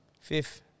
Fifth